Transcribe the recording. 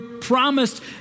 promised